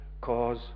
cause